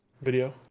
video